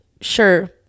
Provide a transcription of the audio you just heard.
sure